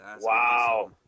Wow